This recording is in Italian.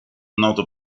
noto